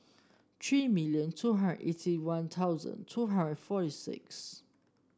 three million two hundred eighty One Thousand two hundred forty six